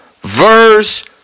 verse